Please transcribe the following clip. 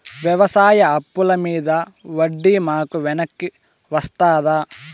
వ్యవసాయ అప్పుల మీద వడ్డీ మాకు వెనక్కి వస్తదా?